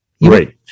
right